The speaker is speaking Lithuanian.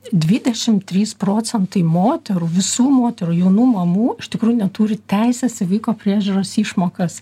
dvidešimt trys procentai moterų visų moterų jaunų mamų iš tikrųjų neturi teisės į vaiko priežiūros išmokas